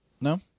No